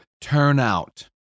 turnout